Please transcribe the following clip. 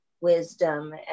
wisdom